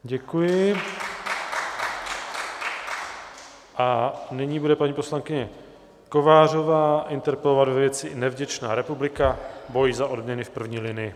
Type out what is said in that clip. Děkuji a nyní bude paní poslankyně Kovářová interpelovat ve věci nevděčná republika boj za odměny v první linii.